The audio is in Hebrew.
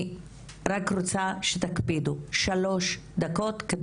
אני רק רוצה שתקפידו על שלוש דקות על